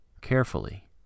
carefully